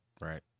right